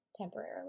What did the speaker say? temporarily